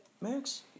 Max